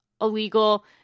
illegal